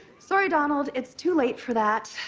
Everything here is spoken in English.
sorry, donald. it's too late for that.